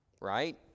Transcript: right